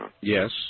Yes